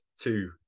two